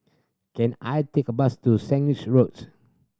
can I take a bus to Sandwich Road